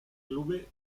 clube